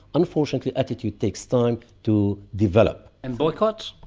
unfortunately attitude takes time to develop. and boycotts?